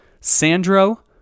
Sandro